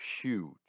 huge